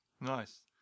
Nice